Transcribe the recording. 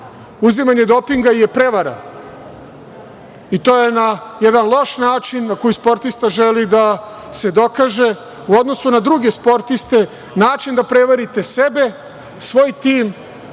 nivou. Uzimanje dopinga je prevara, i to je jedan loš način na koji sportista želi da se dokaže u odnosu na druge sportiste, način da prevarite sebe, svoj tim,